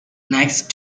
next